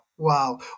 Wow